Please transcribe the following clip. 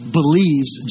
believes